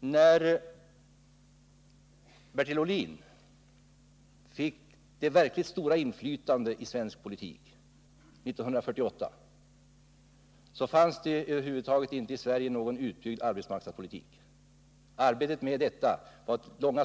När Bertil Ohlin fick det verkligt stora inflytandet i svensk politik 1948 fanns det över huvud taget inte någon utbyggd arbetsmarknadspolitik i Sverige. Arbetet med detta var